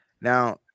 Now